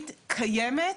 בבקשה.